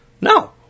No